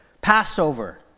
Passover